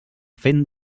fent